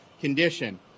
condition